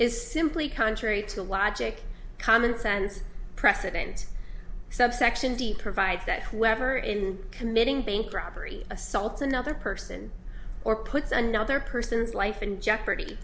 simply contrary to logic common sense precedent subsection d provides that whoever in committing bank robbery assaults another person or puts another person's life in jeopardy